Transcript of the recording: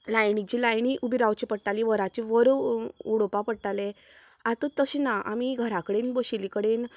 लायनिची लायनी उबी रावची पडटालीं वराचीं वरां उडोवपा पडटालें आता तशें ना आमी घरा कडेन बशिल्लें कडेन